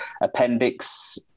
appendix